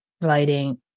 lighting